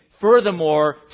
furthermore